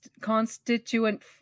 constituent